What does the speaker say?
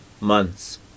months